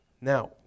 Now